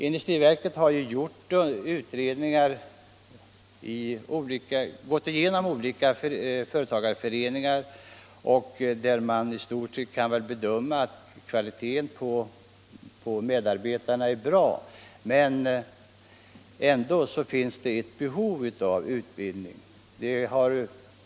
Industriverket har gått igenom olika företagareföreningar och i stort sett kommit fram till bedömningen att kvaliteten på medarbetarna är god. Men ändå finns det ett behov av utbildning.